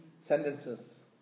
sentences